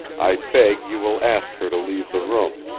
i beg you will ask her to leave the room.